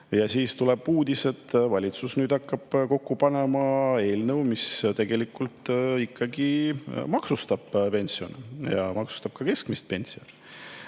Aga siis tuleb uudis, et valitsus hakkab kokku panema eelnõu, mis ikkagi maksustab pensioni, maksustab ka keskmise pensioni.